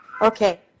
Okay